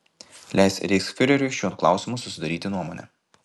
leis reichsfiureriui šiuo klausimu susidaryti nuomonę